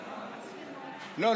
לא,